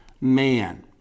man